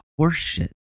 horseshit